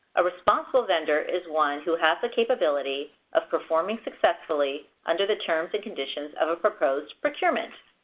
a responsible vendor is one who has the capability of performing successfully under the terms and conditions of a proposed procurement.